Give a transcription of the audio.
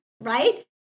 right